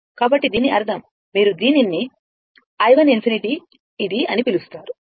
కాబట్టి దీని అర్థం మీరు దీనిని i1∞ ఇది అని పిలుస్తారు